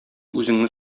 үзеңне